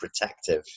protective